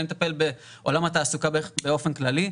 אני מטפל בעולם התעסוקה באופן כללי,